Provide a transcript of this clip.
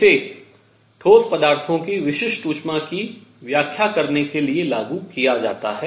इसे ठोस पदार्थों की विशिष्ट ऊष्मा की व्याख्या करने के लिए लागू किया जाता है